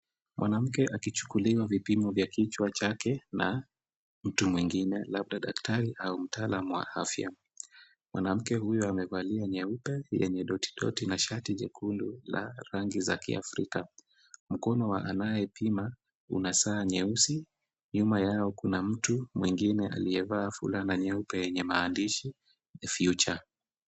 Mwanamke akichukuliwa vipimo vya kichwa chake na mtu mwingine labda daktari au mtaalam wa afya. Mwanamke huyu amevalia nyeupe yenye doti doti na shati jekundu la rangi za kiafrika. Mkono wa anayepima una saa nyeusi, nyuma yao kuna mtu mwingine aliyevaa fulana nyeupe yenye maandishi the future .